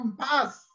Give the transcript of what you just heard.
compass